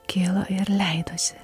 kilo ir leidosi